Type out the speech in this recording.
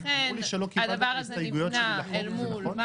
לכן הדבר הזה נבנה אל מול מה --- אמרו